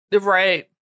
Right